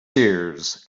seers